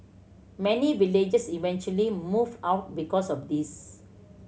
many villagers eventually moved out because of this